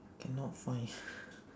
cannot find